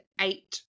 eight